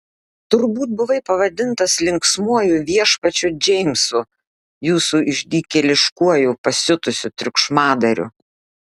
turbūt buvai pavadintas linksmuoju viešpačiu džeimsu jūsų išdykėliškuoju pasiutusiu triukšmadariu